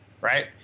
right